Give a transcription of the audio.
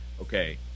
okay